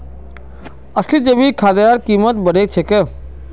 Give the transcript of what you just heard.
असली जैविक खादेर कीमत बढ़ छेक